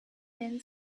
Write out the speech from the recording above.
then